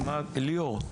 ליאור,